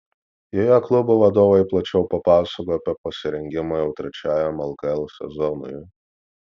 joje klubų vadovai plačiau papasakojo apie pasirengimą jau trečiajam lkl sezonui